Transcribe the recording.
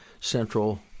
Central